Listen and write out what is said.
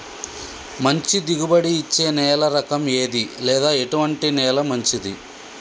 మంచి దిగుబడి ఇచ్చే నేల రకం ఏది లేదా ఎటువంటి నేల మంచిది?